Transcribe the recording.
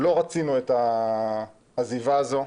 לא רצינו את העזיבה הזאת.